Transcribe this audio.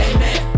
Amen